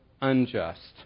unjust